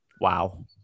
Wow